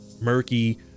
murky